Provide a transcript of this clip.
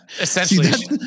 essentially